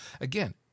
Again